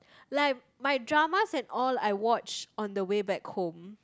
like my dramas and all I watch on the way back home